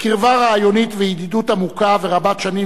קרבה רעיונית וידידות עמוקה ורבת שנים